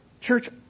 Church